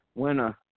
Winner